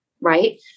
right